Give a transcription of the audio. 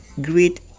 greet